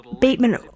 Bateman